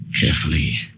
Carefully